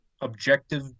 objective